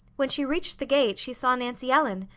when she reached the gate she saw nancy ellen,